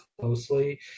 closely